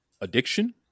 addiction